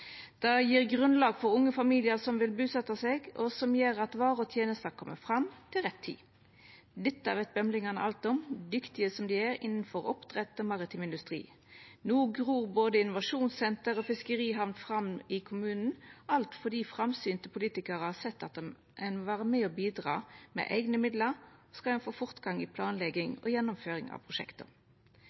Det gjev grunnlag for unge familiar som vil busetja seg, og gjer at varer og tenester kjem fram til rett tid. Dette veit bømlingane alt om, dyktige som dei er innanfor oppdrett og maritim industri. No gror både innovasjonssenter og fiskerihamn fram i kommunen, alt fordi framsynte politikarar har sett at ein må vera med og bidra med eigne midlar, skal ein få fortgang i planlegging og gjennomføring av